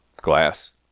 Glass